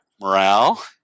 morale